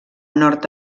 nord